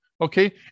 Okay